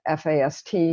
FAST